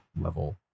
level